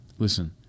Listen